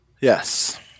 Yes